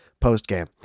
post-game